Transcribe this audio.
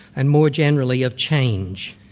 and more generally of change.